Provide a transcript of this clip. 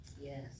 Yes